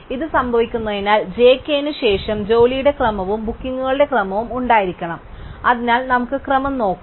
അതിനാൽ ഇത് സംഭവിക്കുന്നതിനാൽ j k ന് ശേഷം ജോലിയുടെ ക്രമവും ബുക്കിംഗുകളുടെ ക്രമവും ഉണ്ടായിരിക്കണം അതിനാൽ നമുക്ക് ക്രമം നോക്കാം